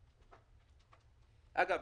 אגב,